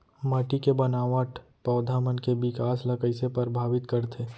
माटी के बनावट पौधा मन के बिकास ला कईसे परभावित करथे